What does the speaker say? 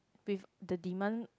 with the demand